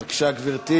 בבקשה, גברתי